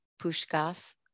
Pushkas